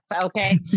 Okay